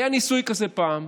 היה ניסוי כזה פעם,